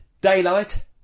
Daylight